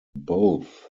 both